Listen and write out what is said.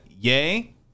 Yay